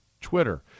Twitter